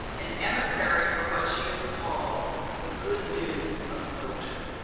an emissary for what she has called the good news of poetry.